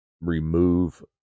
remove